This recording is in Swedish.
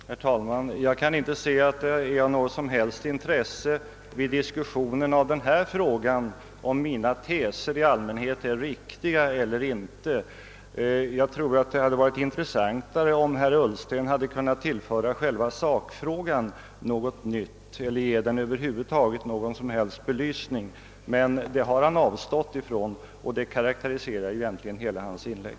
Herr talman! Jag kan inte se att det vid diskussionen av denna fråga är av något som helst intresse om mina teser i allmänhet är riktiga eller inte. Jag tror att det hade varit intressantare om herr Ullsten hade kunnat tillföra själva sakfrågan något nytt eller ge den någon som helst belysning. Men det har han avstått ifrån, och det karakteriserar ju hela hans inlägg.